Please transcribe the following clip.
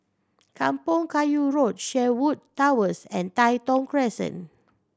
Kampong Kayu Road Sherwood Towers and Tai Thong Crescent